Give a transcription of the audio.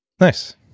Nice